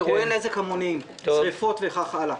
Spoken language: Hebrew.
אירועי נזק המוניים שריפות וכך הלאה.